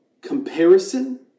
comparison